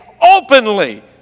openly